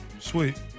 Sweet